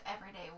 everyday